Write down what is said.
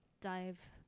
dive